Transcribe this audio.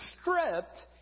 stripped